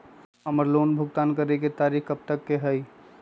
हमार लोन भुगतान करे के तारीख कब तक के हई?